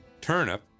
Turnip